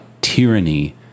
tyranny